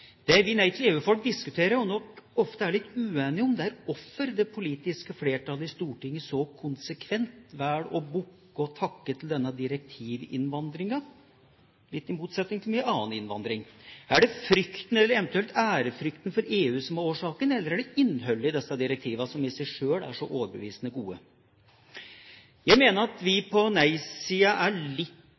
Det vi Nei til EU-folk diskuterer, og nok ofte er litt uenige om, er hvorfor det politiske flertallet i Stortinget så konsekvent velger å bukke og takke til denne direktivinnvandringen – litt i motsetning til mye annen innvandring. Er det frykten eller eventuelt ærefrykten for EU som er årsaken, eller er det innholdet i disse direktivene som i seg sjøl er så overbevisende gode? Jeg mener at vi på nei-siden litt